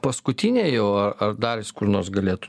paskutiniai jau ar ar dar jis kur nors galėtų